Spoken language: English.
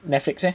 Netflix eh